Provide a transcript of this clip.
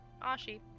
Ashi